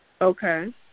Okay